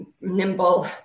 nimble